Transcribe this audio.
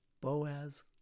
Boaz